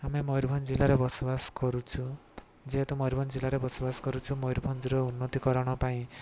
ଆମେ ମୟୂରଭଞ୍ଜ ଜିଲ୍ଲାରେ ବସବାସ କରୁଛୁ ଯେହେତୁ ମୟୂରଭଞ୍ଜ ଜିଲ୍ଲାରେ ବସବାସ କରୁଛୁ ମୟୂରଭଞ୍ଜର ଉନ୍ନତିକରଣ ପାଇଁ